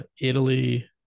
Italy